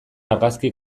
argazki